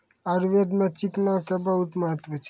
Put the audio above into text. आयुर्वेद मॅ चिकना के बहुत महत्व छै